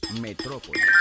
Metrópolis